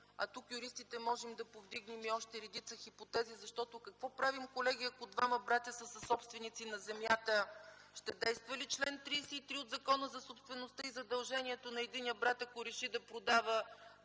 ли? Юристите тук можем да повдигнем още редица хипотези. Защото какво правим, колеги, ако двама братя са съсобственици на земята? Ще действа ли чл. 33 от Закона за собствеността и задължението на единия брат, ако реши да продаде,